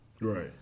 Right